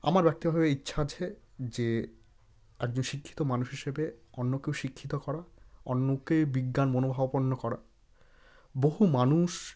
আমার ব্যক্তিগতভাবে ইচ্ছা আছে যে একজন শিক্ষিত মানুষ হিসেবে অন্যকেও শিক্ষিত করা অন্যকে বিজ্ঞান মনোভাবাপন্ন করা বহু মানুষ